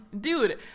dude